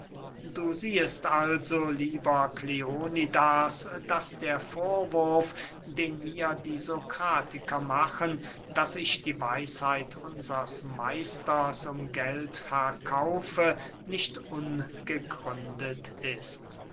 du siehst also lieber kleonidas daß der vorwurf den mir die sokratiker machen daß ich die weisheit unsers meisters um geld verkaufe nicht ungegründet ist